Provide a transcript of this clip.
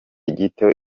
gito